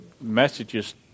messages